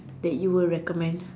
that you would recommend